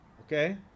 okay